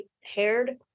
haired